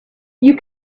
you